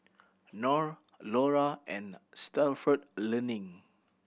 Knorr Iora and Stalford Learning